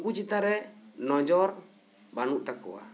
ᱩᱱᱠᱩ ᱪᱮᱛᱟᱱ ᱨᱮ ᱱᱚᱡᱚᱨ ᱵᱟᱹᱱᱩᱜ ᱛᱟᱠᱚᱣᱟ